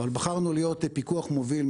אבל בחרנו להיות פיקוח מוביל,